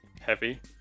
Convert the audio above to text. heavy